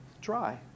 Dry